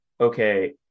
okay